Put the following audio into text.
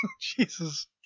jesus